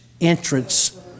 entrance